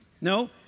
No